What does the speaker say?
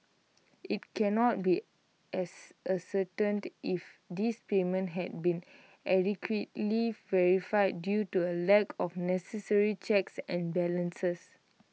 IT cannot be as A certain do if these payments had been adequately verified due to A lack of necessary checks and balances